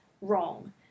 Wrong